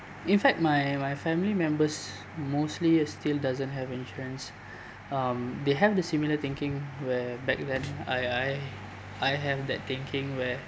in fact my my family members mostly uh still doesn't have insurance um they have the similar thinking where back then I I I have that thinking where